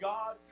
God